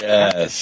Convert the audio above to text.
Yes